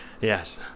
Yes